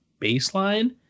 baseline